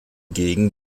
gegen